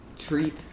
Treat